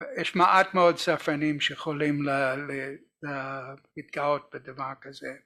יש מעט מאוד סופרים שיכולים להתגאות בדבר כזה